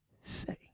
say